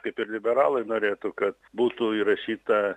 kaip ir liberalai norėtų kad būtų įrašyta